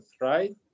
right